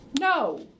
No